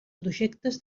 projectes